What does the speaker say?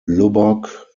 lubbock